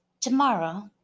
Tomorrow